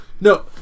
No